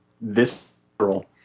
visceral